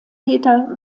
peter